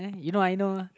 you know I know